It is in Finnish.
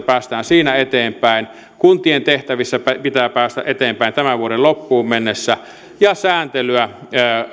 päästään siinä eteenpäin kuntien tehtävissä pitää päästä eteenpäin tämän vuoden loppuun mennessä ja sääntelyä